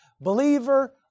Believer